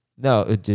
No